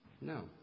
No